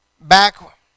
back